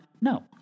No